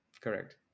Correct